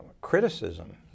criticism